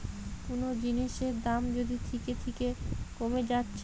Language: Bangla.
কুনো জিনিসের দাম যদি থিকে থিকে কোমে যাচ্ছে